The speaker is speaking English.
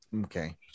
Okay